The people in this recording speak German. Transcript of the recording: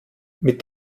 mit